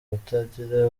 kutagira